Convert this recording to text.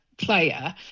player